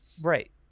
right